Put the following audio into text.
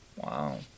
Wow